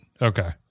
okay